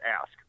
ask